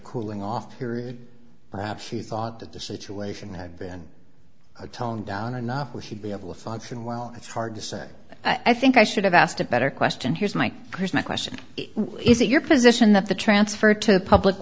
cooling off period perhaps he thought that the situation i've been a tone down enough we should be able to function well it's hard to say i think i should have asked a better question here's my here's my question is it your position that the transfer to the public